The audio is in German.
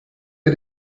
mir